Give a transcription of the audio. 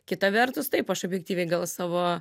kita vertus taip aš objektyviai gal savo